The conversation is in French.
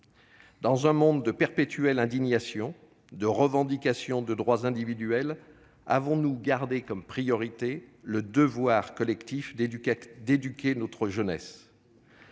Dans un monde de perpétuelle indignation, de revendications de droits individuels, avons-nous gardé comme priorité le devoir collectif d'éduquer notre jeunesse ?